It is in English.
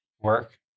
work